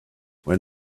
when